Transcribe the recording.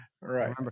Right